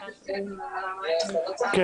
תודה רבה, אדוני.